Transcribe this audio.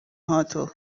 هاتو